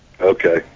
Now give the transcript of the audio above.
Okay